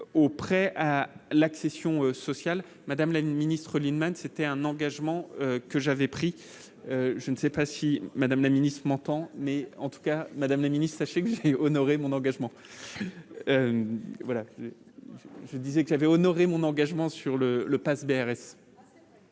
prêts à l'accession sociale madame la Ministre Lienemann, c'était un engagement que j'avais pris je ne sais pas si Madame, la ministre entend mais en tout cas, Madame la Ministre, sachez honorer mon engagement, voilà, je disais qu'il avait honoré mon engagement sur le le Pass BRS